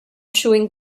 chewing